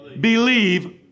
Believe